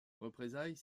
représailles